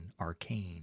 arcane